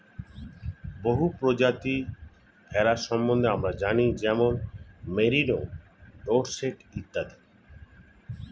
বহু প্রজাতির ভেড়া সম্বন্ধে আমরা জানি যেমন মেরিনো, ডোরসেট ইত্যাদি